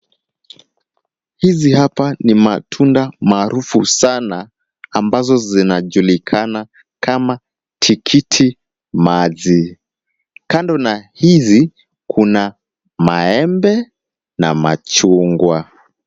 Hizi hapa ni matunda maarufu sana ambazo zinajulikana kama tikiti maji, Kando na hizi kuna maembe na machungwa.